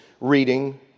reading